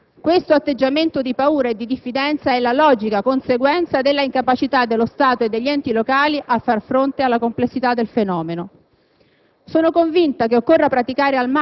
Non dobbiamo meravigliarci, questo atteggiamento di paura e di diffidenza è la logica conseguenza della incapacità dello Stato e degli enti locali a far fronte alla complessità del fenomeno.